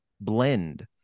blend